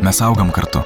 mes augam kartu